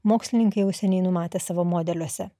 mokslininkai jau seniai numatė savo modeliuose